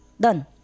Done